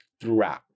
throughout